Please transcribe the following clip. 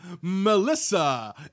Melissa